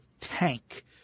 Tank